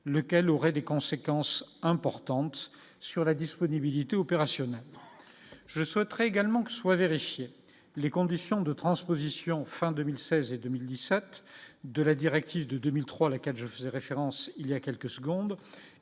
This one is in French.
lequel aurait des conséquences importantes sur la disponibilité opérationnelle, je souhaiterais également que soit vérifié, les conditions de transposition fin 2016 et 2017 de la directive de 2003 à laquelle je faisais référence il y a quelques secondes